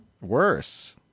Worse